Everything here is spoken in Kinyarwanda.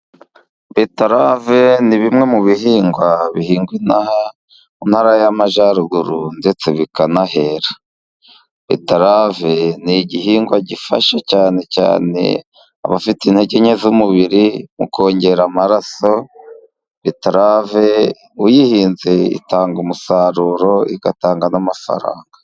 Beterave ni bimwe mu bihingwa bihingwa mu ntara y'amajyaruguruz ndetse bikanahera. Beterave ni igihingwa gifasha cyane cyane abafite intege nke z'umubiri, mu kongera amaraso. Beterave uyihinze itanga umusaruro igatanga n'amafaranga.